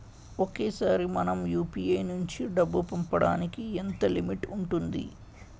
ఒకేసారి మనం యు.పి.ఐ నుంచి డబ్బు పంపడానికి ఎంత లిమిట్ ఉంటుంది?